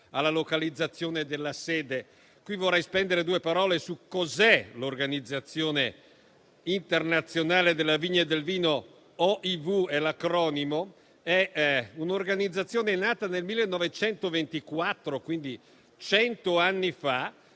alla localizzazione della sede. Qui vorrei spendere poche parole su cos'è l'Organizzazione internazionale della vigna e del vino (OIV). Si tratta di un'organizzazione nata nel 1924, quindi cento anni fa,